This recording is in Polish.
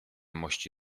mości